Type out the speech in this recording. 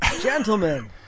Gentlemen